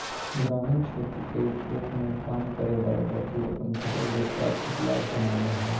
ग्रामीण क्षेत्र के खेत मे काम करय वला व्यक्ति अपन फसल बेच के आर्थिक लाभ कमाबय हय